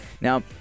Now